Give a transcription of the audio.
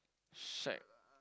shack